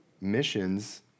missions